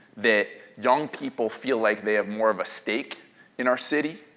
that young people feel like they have more of a stake in our city,